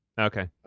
Okay